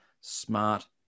smart